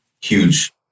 huge